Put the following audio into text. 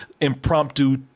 impromptu